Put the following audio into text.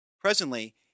presently